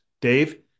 Dave